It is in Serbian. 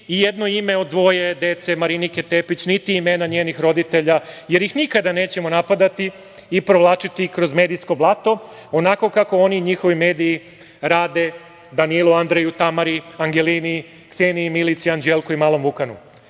ijedno ime od dvoje dece Marinike Tepić, niti imena njenih roditelja, jer ih nikada nećemo napadati i provlačiti kroz medijsko blato, onako kako oni i njihovi mediji rade Danilu, Andreju, Tamari, Angelini, Kseniji, Milici, Anđelku i malom Vukanu. Postoji